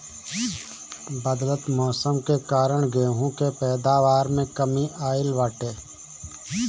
बदलत मौसम के कारण गेंहू के पैदावार में कमी आइल बाटे